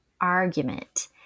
argument